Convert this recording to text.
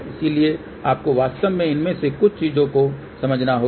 इसलिएआपको वास्तव में इनमें से कुछ चीजों को समझना होगा